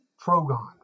Trogon